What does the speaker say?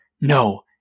No